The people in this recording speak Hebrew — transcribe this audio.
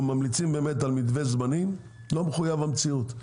אנחנו ממליצים באמת על מתווה זמנים לא מחויב במציאות,